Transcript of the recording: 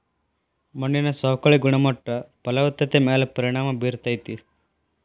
ಮಣ್ಣಿನ ಸವಕಳಿ ಗುಣಮಟ್ಟ ಫಲವತ್ತತೆ ಮ್ಯಾಲ ಪರಿಣಾಮಾ ಬೇರತತಿ